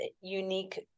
unique